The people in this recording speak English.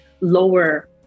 lower